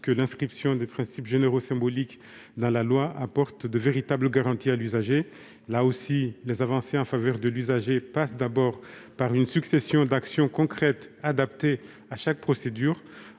que l'inscription de principes généraux symboliques dans la loi apporte de véritables garanties à l'usager. Là aussi, les avancées en faveur de celui-ci passent d'abord par une succession d'actions concrètes adaptées à chaque procédure.